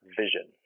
vision